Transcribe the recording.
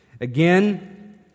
Again